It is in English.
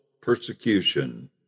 persecution